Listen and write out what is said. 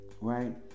right